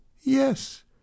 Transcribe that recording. Yes